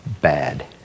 bad